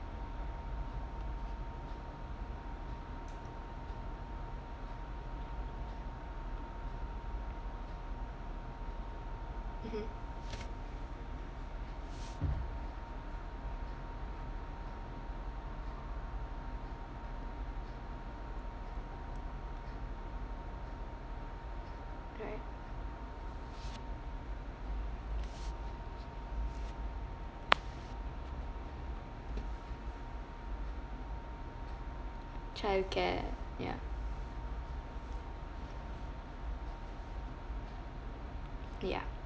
mmhmm right child care ya ya